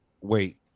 Wait